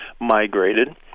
migrated